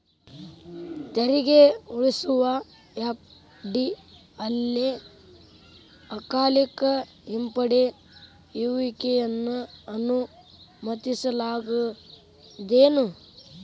ತೆರಿಗೆ ಉಳಿಸುವ ಎಫ.ಡಿ ಅಲ್ಲೆ ಅಕಾಲಿಕ ಹಿಂಪಡೆಯುವಿಕೆಯನ್ನ ಅನುಮತಿಸಲಾಗೇದೆನು?